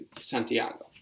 Santiago